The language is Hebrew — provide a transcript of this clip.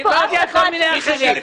דיברתי על אחרים.